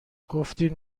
گفتین